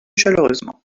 chaleureusement